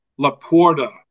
LaPorta